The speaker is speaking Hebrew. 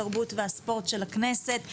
התרבות והספורט של הכנסת.